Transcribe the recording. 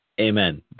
Amen